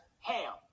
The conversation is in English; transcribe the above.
ham